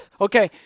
okay